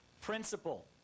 principle